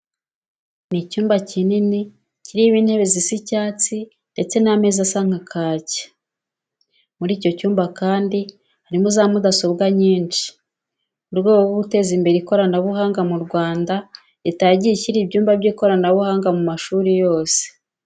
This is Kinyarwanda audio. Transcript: Ni icyumba kinini kirimo intebe zisa icyatsi ndetse n'ameza asa nka kake. Muri icyo cyumba kandi harimo za mudasobwa nyinshi. Mu rwego rwo guteza imbere ikoranabuhanga mu Rwanda Leta yagiye ishyira ibyumba by'ikoranabuhanga mu mashuri yose.